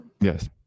Yes